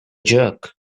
jerk